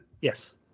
Yes